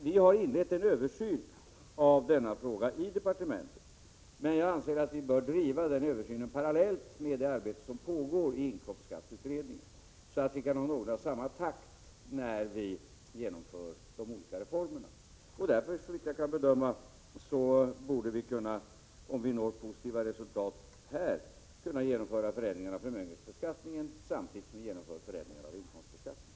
Vi har inlett en översyn av denna fråga i departementet, men jag anser att vi bör driva den översynen parallellt med det arbete som pågår i inkomstskatteutredningen, så att vi kan hålla någorlunda samma takt när vi genomför de olika reformerna. Såvitt jag kan bedöma, borde vi därför, om vi når positiva resultat här, kunna genomföra förändringar av förmögenhetsbeskattningen samtidigt som vi genomför förändringar av inkomstbeskattningen.